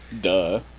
Duh